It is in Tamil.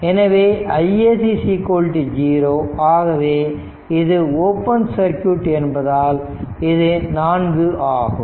எனவே iSC 0 ஆகவே இது ஓபன் சர்க்யூட் என்பதால் இது நான்கு ஆகும்